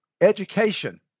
education